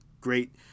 great